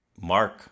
Mark